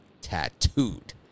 tattooed